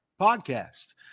Podcast